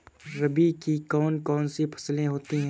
रबी की कौन कौन सी फसलें होती हैं?